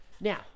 Now